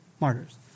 martyrs